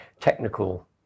technical